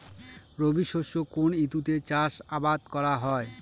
রবি শস্য কোন ঋতুতে চাষাবাদ করা হয়?